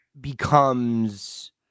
becomes